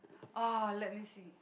oh let me see